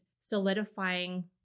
solidifying